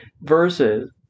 versus